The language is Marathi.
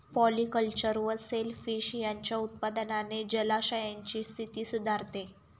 पॉलिकल्चर व सेल फिश यांच्या उत्पादनाने जलाशयांची स्थिती सुधारते